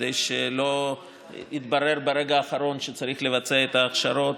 כדי שלא יתברר ברגע האחרון שצריך לבצע את ההכשרות.